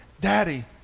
Daddy